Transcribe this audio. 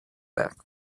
back